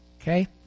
Okay